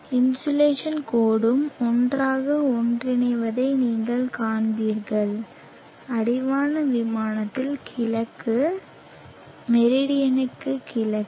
insolation கோடும் ஒன்றாக ஒன்றிணைவதை நீங்கள் காண்பீர்கள் அடிவான விமானத்தில் கிழக்கு கிழக்கு மெரிடியனுக்கு கிழக்கு